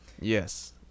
Yes